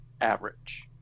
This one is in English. average